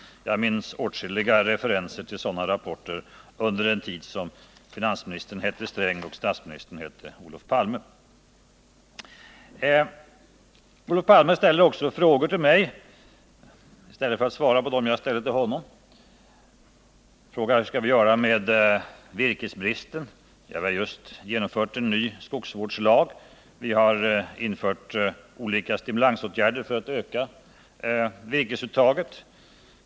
Jag minns åtskilliga referenser till sådana rapporter från den tid då finansministern hette Gunnar Sträng och statsministern hette Olof Palme. Olof Palme ställde frågor till mig, i stället för att svara på dem jag ställde till honom. Han frågade: Hur skall vi göra med virkesbristen? Ja, vi har just genomfört en ny skogsvårdslag, och vi har infört olika stimulansåtgärder för att öka virkesuttaget.